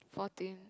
fourteen